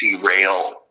derail